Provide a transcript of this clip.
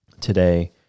today